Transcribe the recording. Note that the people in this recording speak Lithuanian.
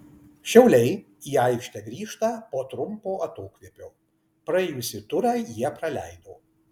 šiauliai į aikštę grįžta po trumpo atokvėpio praėjusį turą jie praleido